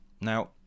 now